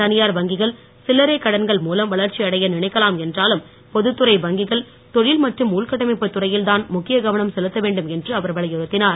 தனியார் வங்கிகள் சில்லரைக் கடன்கள் மூலம் வளர்ச்சி அடைய நினைக்கலாம் என்றாலும் பொதுதுறை வங்கிகள் தொழில் மற்றும் உள்கட்டமைப்பு துறையில் தான் முக்கிய கவனம் செலுத்த வேண்டும் என்று அவர் வலியுறுத்தினார்